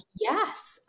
yes